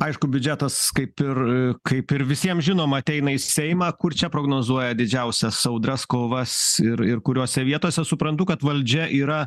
aišku biudžetas kaip ir kaip ir visiems žinoma ateina į seimą kur čia prognozuojat didžiausias audras kovas ir ir kuriose vietose suprantu kad valdžia yra